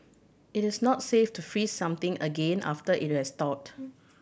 it is not safe to freeze something again after it has thawed